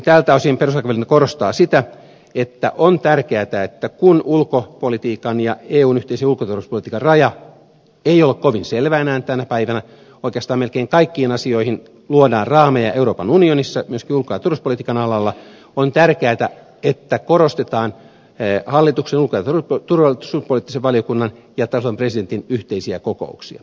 tältä osin perustuslakivaliokunta korostaa sitä että on tärkeätä että kun ulkopolitiikan ja eun yhteisen ulko ja turvallisuuspolitiikan raja ei ole kovin selvä enää tänä päivänä oikeastaan melkein kaikkiin asioihin luodaan raameja euroopan unionissa myöskin ulko ja turvallisuuspolitiikan alalla on tärkeätä että korostetaan hallituksen ulko ja turvallisuuspoliittisen valiokunnan ja tasavallan presidentin yhteisiä kokouksia